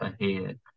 ahead